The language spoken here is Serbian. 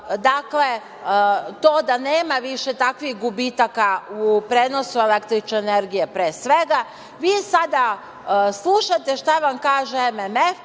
pospeši to da nema više takvih gubitaka u prenosu električne energije, pre svega, vi sada slušate šta vam kaže MMF,